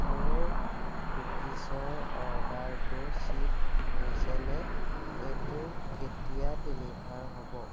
মোৰ কুকিছৰ অৰ্ডাৰটো শ্বিপ হৈছেনে এইটো কেতিয়া ডেলিভাৰ হ'ব